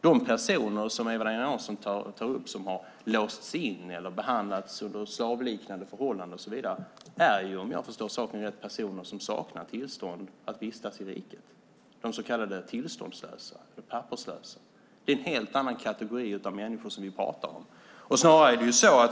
De personer som Eva-Lena Jansson tar upp, som har låsts in eller levt under slavliknande förhållanden och så vidare, är ju, om jag förstår saken rätt, personer som saknar tillstånd att vistas i riket, de så kallade tillståndslösa eller papperslösa. Det är en helt annan kategori av människor som vi pratar om.